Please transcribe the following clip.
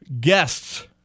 guests